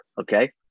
Okay